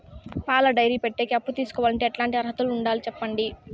పాల డైరీ పెట్టేకి అప్పు తీసుకోవాలంటే ఎట్లాంటి అర్హతలు ఉండాలి సెప్పండి?